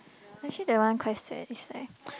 actually that one quite sad if like